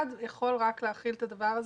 רק אחד יכול להכיל את הדבר הזה.